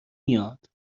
میاد